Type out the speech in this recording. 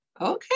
okay